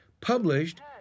published